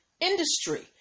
industry